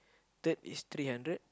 third is three hundred